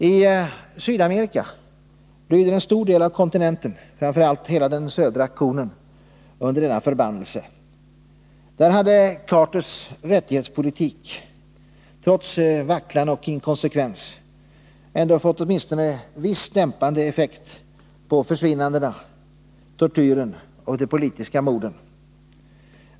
I Sydamerika lyder en stor del av kontinenten, framför allt hela den södra konen, under denna förbannelse. Där hade Carters rättighetspolitik — trots vacklan och inkonsekvens — ändå fått åtminstone viss dämpande effekt på försvinnandena, tortyren och de politiska morden.